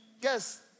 yes